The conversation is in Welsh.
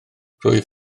rwyf